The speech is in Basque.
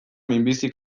minbizi